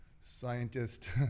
scientist